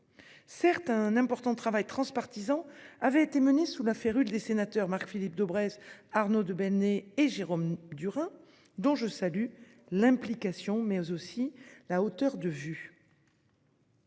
Certes, un important travail transpartisan avait été mené sous la férule des sénateurs Marc-Philippe Daubresse, Arnaud de Belenet et Jérôme Durain, dont je salue l'implication et la hauteur de vue.